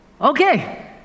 Okay